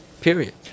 period